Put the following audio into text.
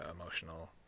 emotional